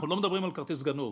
אנחנו לא מדברים על כרטיס גנוב,